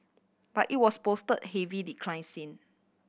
but it was posted heavy decline sin